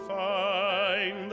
find